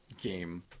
game